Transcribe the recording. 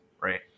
right